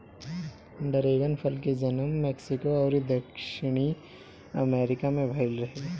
dragon फल के जनम मेक्सिको अउरी दक्षिणी अमेरिका में भईल रहे